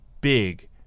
big